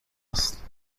است